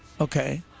Okay